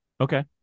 okay